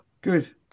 good